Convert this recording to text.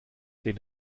den